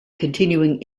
continuing